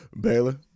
Baylor